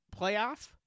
playoff –